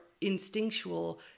instinctual